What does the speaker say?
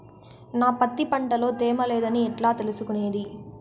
నా పత్తి పంట లో తేమ లేదని ఎట్లా తెలుసుకునేది?